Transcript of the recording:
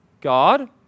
God